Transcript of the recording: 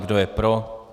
Kdo je pro?